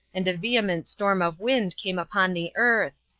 and a vehement storm of wind came upon the earth,